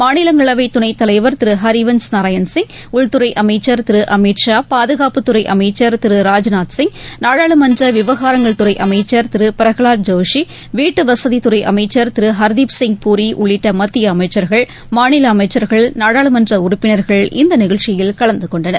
மாநிலங்களவைதுணைத்தவைவர் திருஹரிவன்ஷ் நாராயண்சிங் உள்துறைஅமைச்சர் திருஅமித் ஷா பாதுகாப்புத்துறைஅமைச்சர் திரு ராஜ்நாத் சிங் நாடாளுமன்றவிவகாரங்கள் துறைஅமைச்சர் திருபிரகலாத் ஜோஷி வீட்டுவசதித்துறைஅமைச்சர் திருஹர்தீப் சிங் பூரி உள்ளிட்டமத்தியஅமைச்சர்கள் மாநிலஅமைச்சர்கள் நாடாளுமன்றஉறுப்பினர்கள் இந்தநிகழ்ச்சியில் கலந்துகொண்டனர்